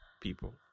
people